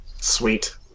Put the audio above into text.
Sweet